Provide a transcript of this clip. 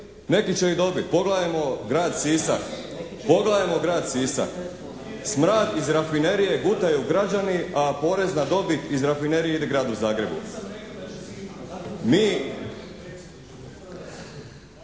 Neki će i dobiti. Pogledajmo grad Sisak. Smrad iz rafinerije gutaju građani a porez na dobit iz rafinerije ide Gradu Zagrebu. …